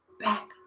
back